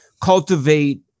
cultivate